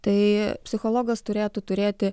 tai psichologas turėtų turėti